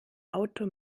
auto